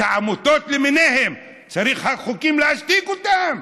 העמותות למיניהן, צריך חוקים להשתיק אותן.